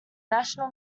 national